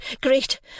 great